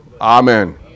Amen